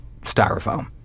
styrofoam